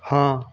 हाँ